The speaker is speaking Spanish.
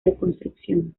reconstrucción